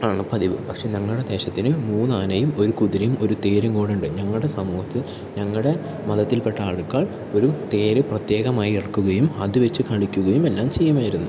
ആണ് പതിവ് പക്ഷേ ഞങ്ങളുടെ ദേശത്തിന് മൂന്നു ആനയും ഒരു കുതിരയും ഒരു തേരും കൂടെയുണ്ട് ഞങ്ങളുടെ സമൂഹത്തിൽ ഞങ്ങളുടെ മതത്തിൽപ്പെട്ട ആൾക്കാർ ഒരു തേര് പ്രത്യേകമായി ഇറക്കുകയും അത് വെച്ച് കളിക്കുകയും എല്ലാം ചെയ്യുമായിരുന്നു